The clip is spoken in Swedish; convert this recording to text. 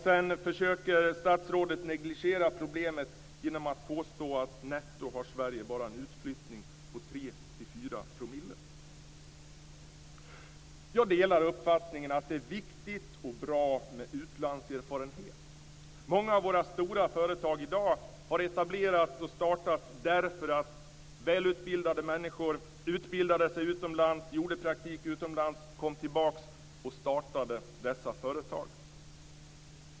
Sedan försöker statsrådet negligera problemet genom att påstå att Sverige bara har en utflyttning på 3 Jag delar uppfattningen att det är viktigt och bra med utlandserfarenhet. Många av de företag som är stora i dag har etablerats och startats därför att välutbildade människor utbildade sig utomlands, gjorde praktik utomlands och kom tillbaks och startade dessa företag.